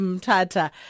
Tata